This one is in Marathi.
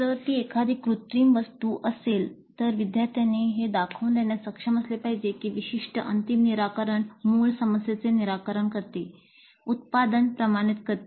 जर ती एखादी कृत्रिम वस्तू असेल तर विद्यार्थ्यांनी हे दाखवून देण्यास सक्षम असले पाहिजे की विशिष्ट अंतिम निराकरण मूळ समस्येचे निराकरण करते उत्पादन प्रमाणित करते